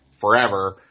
forever